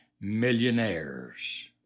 millionaires